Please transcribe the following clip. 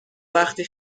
وقتی